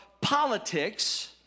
politics